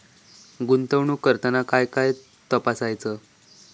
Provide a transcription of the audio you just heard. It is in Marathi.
गुंतवणूक करताना काय काय तपासायच?